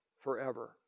forever